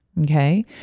Okay